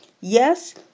Yes